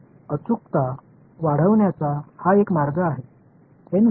अचूकता वाढवण्याचा हा एक मार्ग आहे एन वाढवा